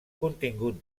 contingut